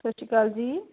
ਸਤਿ ਸ਼੍ਰੀ ਅਕਾਲ ਜੀ